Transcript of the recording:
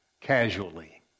casually